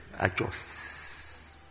adjusts